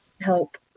help